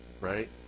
Right